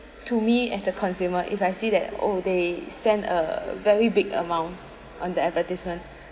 to me as a consumer if I see that oh they spend a very big amount on the advertisement